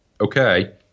okay